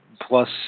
plus